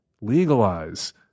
legalize